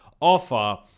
offer